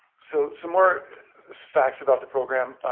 so some more facts about the program.